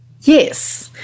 Yes